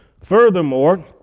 Furthermore